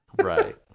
Right